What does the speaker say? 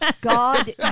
God